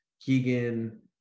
Keegan